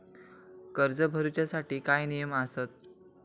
कर्ज भरूच्या साठी काय नियम आसत?